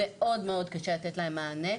מאוד מאוד קשה לתת להם מענה.